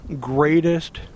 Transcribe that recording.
greatest